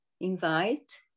Invite